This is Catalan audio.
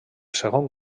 segon